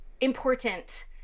important